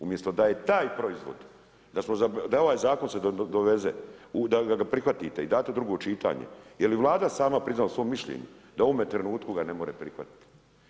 Umjesto da je taj proizvod, da je ovaj Zakon se doveze, da ga prihvatite i date drugo čitanje, jel i Vlada sama priznala u svom mišljenju da u ovome trenutku ga ne more prihvati.